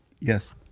Yes